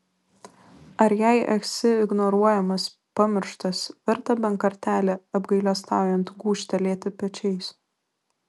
ar jei esi ignoruojamas pamirštas verta bent kartelį apgailestaujant gūžtelėti pečiais